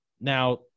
Now